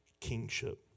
kingship